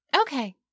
Okay